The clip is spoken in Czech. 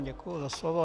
Děkuji za slovo.